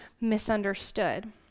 misunderstood